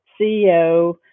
CEO